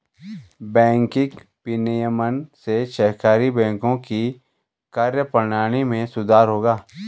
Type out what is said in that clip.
banking विनियमन से सहकारी बैंकों की कार्यप्रणाली में सुधार होगा